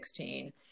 2016